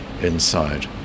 inside